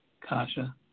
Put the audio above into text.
kasha